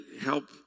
help